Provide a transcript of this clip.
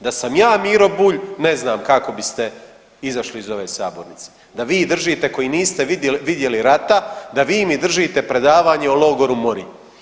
Da sam ja Miro Bulj ne znam kako biste izašli iz ove sabornice da vi držite koji niste vidjeli rata da vi mi držite predavanje o logoru Morin.